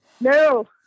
No